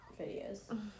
videos